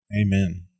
Amen